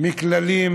מכללים